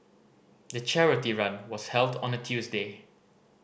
the charity run was held on a Tuesday